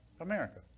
America